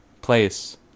place